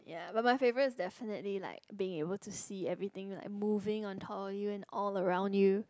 ya but my favourite is definitely like being able to see everything like moving on top of you and all around you